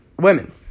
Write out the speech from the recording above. Women